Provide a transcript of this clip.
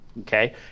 Okay